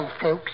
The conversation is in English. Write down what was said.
folks